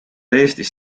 eestis